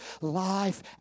life